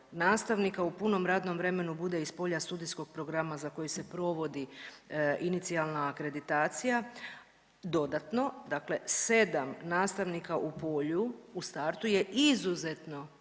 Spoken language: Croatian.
nastavnika u punom radnom vremenu bude iz polja studijskog programa za koji se provodi inicijalna akreditacija, dodatno dakle 7 nastavnika u polju, u startu je izuzetno